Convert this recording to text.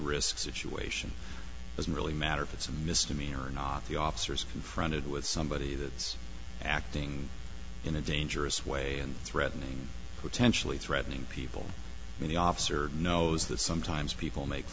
risk situation doesn't really matter if it's a misdemeanor or not the officers confronted with somebody that's acting in a dangerous way and threatening potentially threatening people when the officer knows that sometimes people make